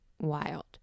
Wild